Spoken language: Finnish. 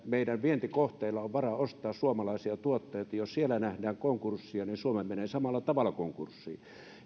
meidän vientikohteilla olisi varaa ostaa suomalaisia tuotteita ja jos siellä nähdään konkursseja niin suomi menee samalla tavalla konkurssiin